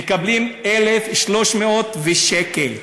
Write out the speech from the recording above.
מקבלים 2,301 שקל.